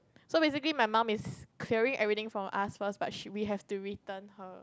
so basically my mum is clearing everything for us first but she we have to return her